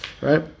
right